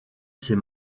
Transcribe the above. ses